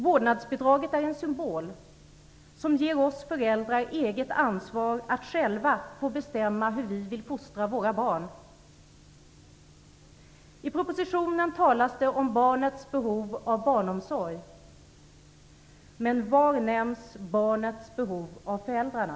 Vårdnadsbidraget är en symbol som ger oss föräldrar eget ansvar att själva få bestämma hur vi vill fostra våra barn. I propositionen talas det om barnets behov av barnomsorg. Men var nämns barnets behov av föräldrarna?